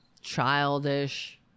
childish